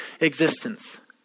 existence